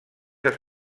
els